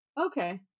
Okay